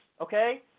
okay